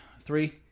Three